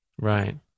Right